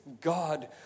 God